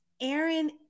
Aaron